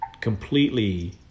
completely